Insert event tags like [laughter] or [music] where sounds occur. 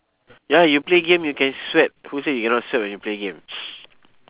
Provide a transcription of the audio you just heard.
ya you play game you can sweat who say you cannot sweat when you play game [noise]